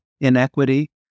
inequity